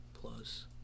Plus